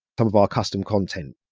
some of our custom content.